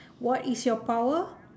what is your power